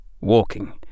walking